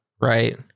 right